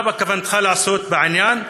מה בכוונתך לעשות בעניין?